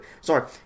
Sorry